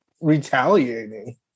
retaliating